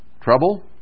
trouble